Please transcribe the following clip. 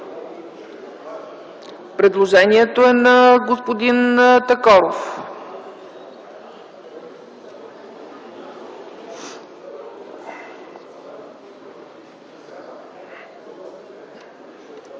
Предложението е на господин Такоров.